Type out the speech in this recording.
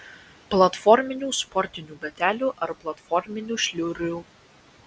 platforminių sportinių batelių ar platforminių šliurių